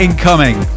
Incoming